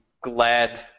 glad